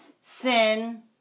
Sin